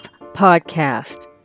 Podcast